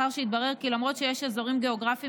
לאחר שהתברר כי למרות שיש אזורים גיאוגרפיים